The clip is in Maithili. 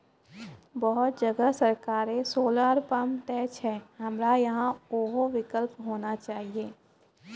बहुत जगह सरकारे सोलर पम्प देय छैय, हमरा यहाँ उहो विकल्प होना चाहिए?